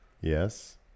Yes